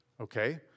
Okay